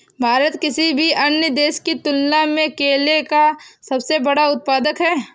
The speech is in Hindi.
भारत किसी भी अन्य देश की तुलना में केले का सबसे बड़ा उत्पादक है